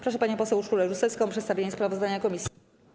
Proszę panią poseł Urszulę Rusecką o przedstawienie sprawozdania komisji.